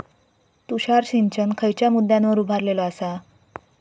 तुषार सिंचन खयच्या मुद्द्यांवर उभारलेलो आसा?